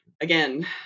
again